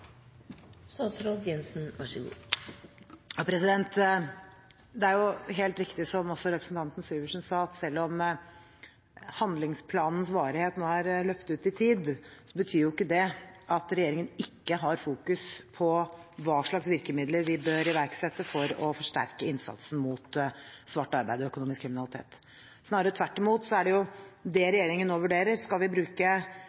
helt riktig, som også representanten Syversen sa, at selv om handlingsplanens varighet nå er løpt ut i tid, betyr ikke det at regjeringen ikke fokuserer på hva slags virkemidler vi bør iverksette for å forsterke innsatsen mot svart arbeid og økonomisk kriminalitet. Snarere tvert imot,